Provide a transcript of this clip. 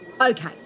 Okay